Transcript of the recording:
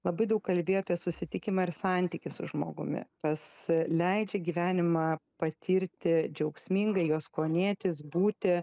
labai daug kalbėjo apie susitikimą ir santykį su žmogumi kas leidžia gyvenimą patirti džiaugsmingai juo skonėtis būti